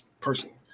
personally